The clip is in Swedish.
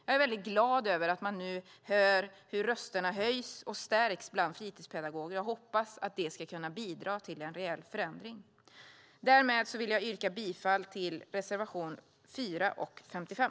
Jag är väldigt glad över att man nu hör hur rösterna höjs och stärks bland fritidspedagoger, och jag hoppas att det ska kunna bidra till en reell förändring. Därmed vill jag yrka bifall till reservationerna 4 och 55.